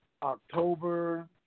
October